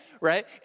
right